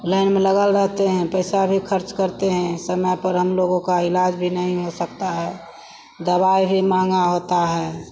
line में लगे रहते हैं पैसा भी खर्च करते हैं समय पर हमलोगों का इलाज़ भी नहीं हो सकता है दवाई भी महँगी होती है